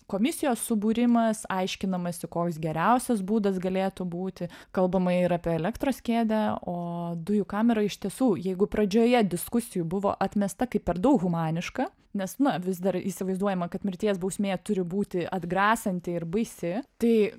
komisijos subūrimas aiškinamasi koks geriausias būdas galėtų būti kalbama ir apie elektros kėdę o dujų kamera iš tiesų jeigu pradžioje diskusijų buvo atmesta kaip per daug humaniška nes na vis dar įsivaizduojama kad mirties bausmė turi būti atgrasanti ir baisi tai